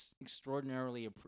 extraordinarily